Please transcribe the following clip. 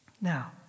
Now